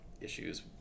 issues